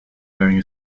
wearing